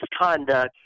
misconduct